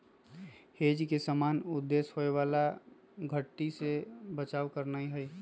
hedge के सामान्य उद्देश्य होयबला घट्टी से बचाव करनाइ हइ